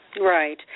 Right